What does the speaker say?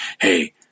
Hey